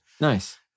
Nice